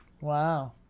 Wow